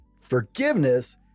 forgiveness